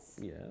Yes